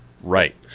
right